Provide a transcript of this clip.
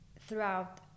throughout